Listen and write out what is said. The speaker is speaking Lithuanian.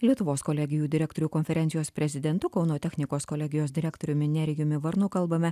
lietuvos kolegijų direktorių konferencijos prezidentu kauno technikos kolegijos direktoriumi nerijumi varnu kalbame